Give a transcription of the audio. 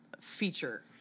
feature